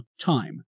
time